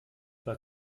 war